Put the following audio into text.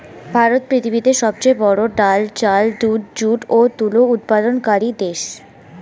ভারত পৃথিবীতে সবচেয়ে বড়ো ডাল, চাল, দুধ, যুট ও তুলো উৎপাদনকারী দেশ